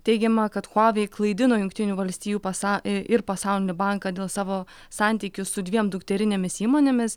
teigiama kad huawei klaidino jungtinių valstijų pasą ir pasaulinį banką dėl savo santykių su dviem dukterinėmis įmonėmis